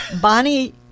Bonnie